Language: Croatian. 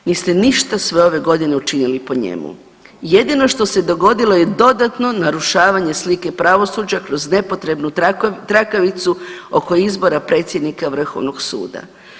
Niste ništa sve ove godine učinili po njemu, jedino što se dogodilo je dodatno narušavanje slike pravosuđa kroz nepotrebnu trakavicu oko izbora predsjednika Vrhovnog suda.